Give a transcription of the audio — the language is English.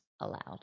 allowed